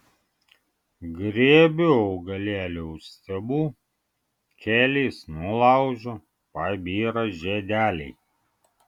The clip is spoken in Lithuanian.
griebiu augalėlį už stiebų kelis nulaužiu pabyra žiedeliai